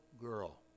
girl